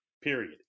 period